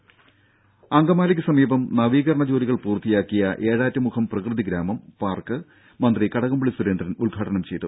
രുഭ അങ്കമാലിക്ക് സമീപം നവീകരണ ജോലികൾ പൂർത്തിയാക്കിയ ഏഴാറ്റുമുഖം പ്രകൃതി ഗ്രാമം പാർക്ക് മന്ത്രി കടകംപള്ളി സുരേന്ദ്രൻ ഉദ്ഘാടനം ചെയ്തു